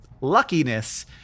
luckiness